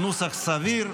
הוא נוסח סביר,